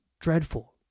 dreadful